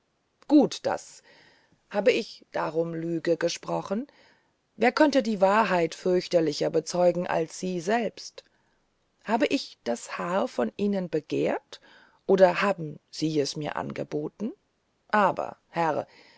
gut das habe ich darum lüge gesprochen wer könnte die wahrheit fürchterlicher bezeugen als sie selbst habe ich das haar von ihnen begehrt oder haben sie es mir angeboten aber herr